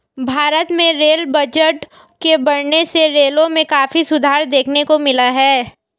भारत में rail budget के बढ़ने से रेलों में काफी सुधार देखने को मिला है